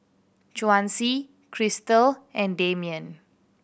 Chauncey Krystal and Damian